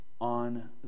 on